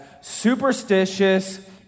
superstitious